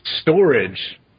storage